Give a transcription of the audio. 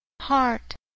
heart